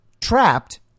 trapped